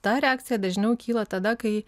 ta reakcija dažniau kyla tada kai